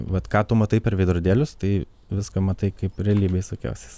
vat ką tu matai per veidrodėlius tai viską matai kaip realybėj sukiosis